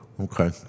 Okay